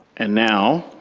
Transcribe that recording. and now